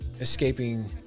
escaping